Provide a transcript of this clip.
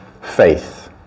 faith